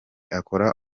akora